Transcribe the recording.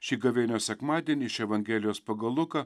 šį gavėnios sekmadienį iš evangelijos pagal luką